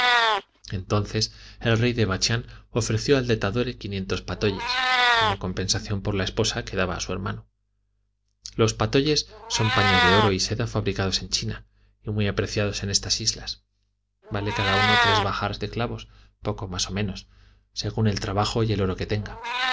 entonces el rey de bachián ofreció al de tadore quinientos patolles como compensación por la esposa que daba a su hermano los patolles son paños de oro y seda fabricados en china y muy apreciados en estas islas vale cada uno tres bahars de clavos poco más o menos según el trabajo y el oro que tenga